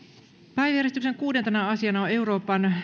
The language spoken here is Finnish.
päiväjärjestyksen kuudentena asiana on euroopan